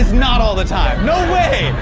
not all the time. no way,